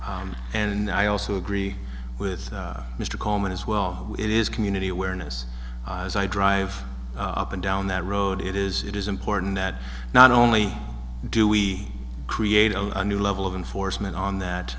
and i also agree with mr coleman as well it is community awareness as i drive up and down that road it is it is important that not only do we create a new level of enforcement on